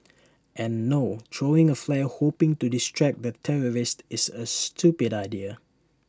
and no throwing A flare hoping to distract the terrorist is A stupid idea